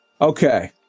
Okay